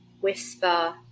whisper